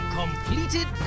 completed